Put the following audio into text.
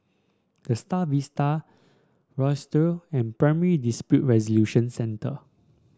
The Star Vista and Primary Dispute Resolution Centre